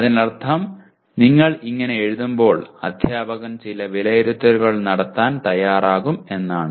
അതിനർത്ഥം നിങ്ങൾ ഇങ്ങനെ എഴുതുമ്പോൾ അധ്യാപകൻ ചില വിലയിരുത്തലുകൾ നടത്താൻ തയ്യാറാകും എന്നാണ്